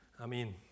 Amen